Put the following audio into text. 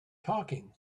talking